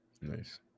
Nice